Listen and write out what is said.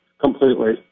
completely